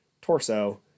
torso